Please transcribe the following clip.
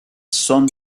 son